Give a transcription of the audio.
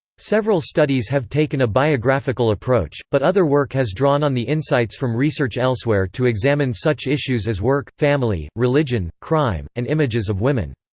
several studies have taken a biographical approach, but other work has drawn on the insights from research elsewhere to examine such issues as work, family, religion, crime, and images of women.